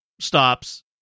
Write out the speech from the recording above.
stops